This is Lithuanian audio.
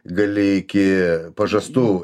gali iki pažastų